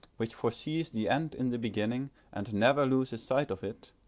which foresees the end in the beginning and never loses sight of it,